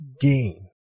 gain